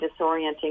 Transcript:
disorienting